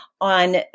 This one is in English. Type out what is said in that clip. on